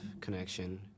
connection